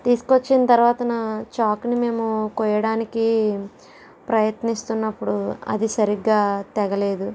తీసుకు వచ్చిన తర్వాత నా చాకుని మేము కొయ్యడానికి ప్రయత్నిస్తున్నప్పుడు అది సరిగ్గా తెగలేదు